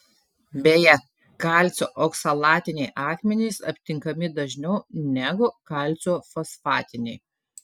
beje kalcio oksalatiniai akmenys aptinkami dažniau negu kalcio fosfatiniai